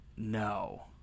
No